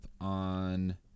on